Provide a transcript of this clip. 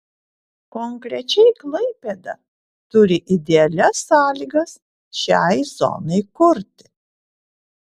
konkrečiai klaipėda turi idealias sąlygas šiai zonai kurti